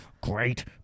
great